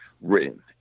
written